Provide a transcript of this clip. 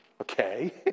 Okay